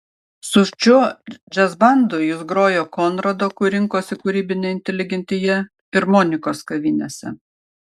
su šiuo džiazbandu jis grojo konrado kur rinkosi kūrybinė inteligentija ir monikos kavinėse